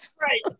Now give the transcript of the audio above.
Right